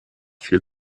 viel